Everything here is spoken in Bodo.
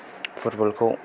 फुटबल खौ